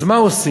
אז מה עושים?